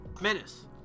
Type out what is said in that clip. Menace